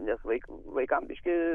nes vaik vaikam biški